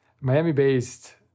Miami-based